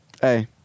Hey